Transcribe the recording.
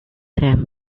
him